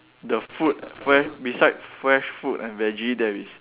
the food fre~ beside fresh food and veggie there is